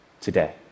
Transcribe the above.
today